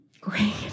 great